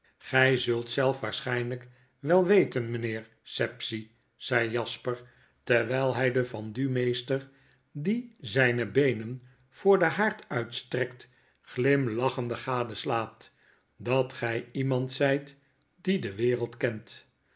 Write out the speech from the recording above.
zult zelf waarschijnlijk wel weten mijnheer sapsea zegt jasper terwijl hijdenvendumeester die zijne beenen voor den haard uitstrekt glimlachendegadeslaat datgijiemand zijt die de wereld kent